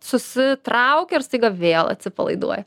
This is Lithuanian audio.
susitrauki ir staiga vėl atsipalaiduoji